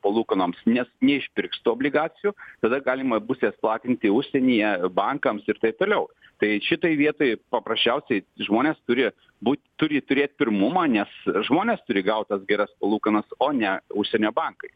palūkanoms ne neišpirks tų obligacijų tada galima bus jas platinti užsienyje bankams ir taip toliau tai šitai vietai paprasčiausiai žmonės turi būt turi turėt pirmumą nes žmonės turi gaut tas geras palūkanas o ne užsienio bankai